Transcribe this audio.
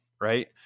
right